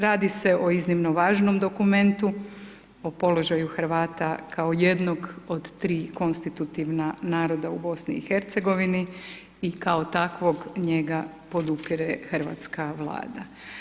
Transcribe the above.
Radi se o iznimno važnom dokumentu, o položaju Hrvata kao jednog od tri konstitutivna naroda u BiH i kao takvog njega podupire Hrvatska vlada.